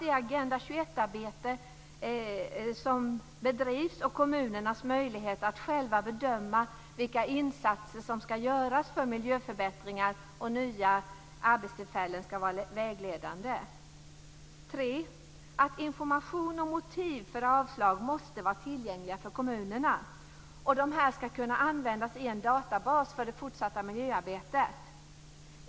Det är Agenda 21-arbetet och kommunernas möjligheter att själva bedöma vilka insatser som ska göras för miljöförbättringar och nya arbetstillfällen som ska vara vägledande. 3. Information och motiv för avslag måste vara tillgängliga för kommunerna. Dessa ska kunna användas i en databas för det fortsatta miljöarbetet.